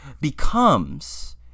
becomes